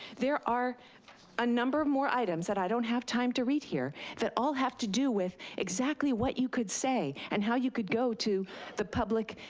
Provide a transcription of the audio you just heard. there are a number of more items that i don't have time to read here that all have to do with exactly what you could say and how you could go to the public,